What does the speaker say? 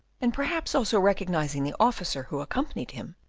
and perhaps also recognising the officer who accompanied him,